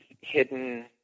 hidden